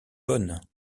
bonne